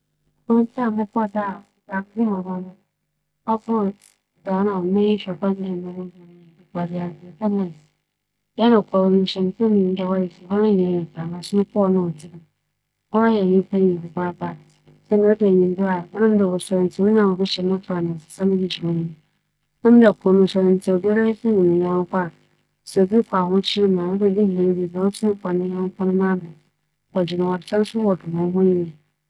Bea mokͻree a dza nna mususu no ͻbor do koraa nye da a mokͻr Aban kɛse a ͻwͻ Oguaa no. Dɛm da no nna minyim dɛ morokͻ m'akɛgye m'enyi naaso wͻkyerɛkyerɛ hɛn mbrɛ wosii yɛɛ hɛn nananom a woewuwu kͻr no, mo werɛ howee mma enyigye nna minyim dɛ morokͻ akͻhwehwɛ no, me nsa annka.